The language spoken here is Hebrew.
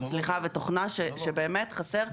שבאמת חסר.